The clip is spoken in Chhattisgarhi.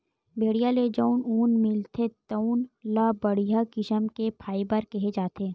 भेड़िया ले जउन ऊन मिलथे तउन ल बड़िहा किसम के फाइबर केहे जाथे